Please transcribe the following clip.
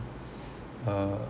uh